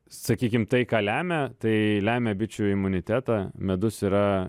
sakykim tai ką lemia tai lemia bičių imunitetą medus yra